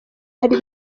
hari